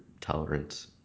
tolerance